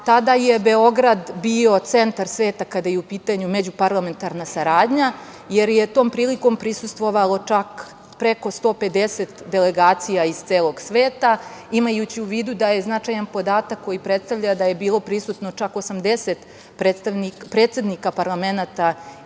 je Beograd bio centar sveta kada je u pitanju međuparlamentarna saradnja, jer je tom prilikom prisustvovalo čak preko 150 delegacija i celog sveta, imajući u vidu da je značajan podatak koji predstavlja da je bilo prisutno čak 80 predsednika parlamenata